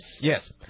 Yes